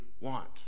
want